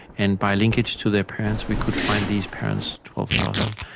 and by linkage to their parents we could find these parents, twelve thousand,